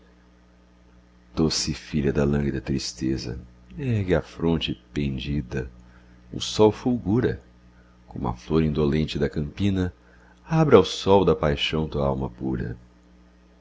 doce filha da lânguida tristeza ergue a fronte pendida o sol fulgura como a flor indolente da campina abre ao sol da paixão tua alma pura